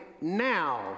now